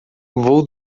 vou